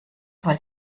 wollt